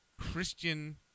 Christian